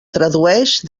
tradueix